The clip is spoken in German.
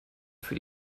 für